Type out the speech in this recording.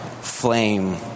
flame